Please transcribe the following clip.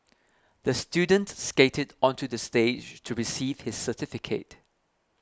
the student skated onto the stage to receive his certificate